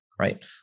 right